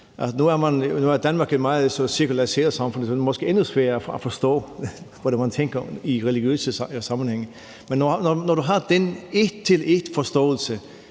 nu er Danmark et meget sekulariseret samfund, og så er det måske endnu sværere at forstå, hvordan man tænker i religiøse sammenhænge. Når jeg har den forståelse